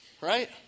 right